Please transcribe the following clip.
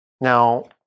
Now